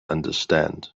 understand